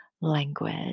language